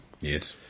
Yes